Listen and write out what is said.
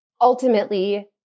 Ultimately